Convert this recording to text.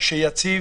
שיציב